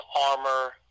armor